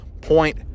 point